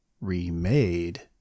remade